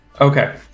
Okay